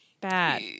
Bad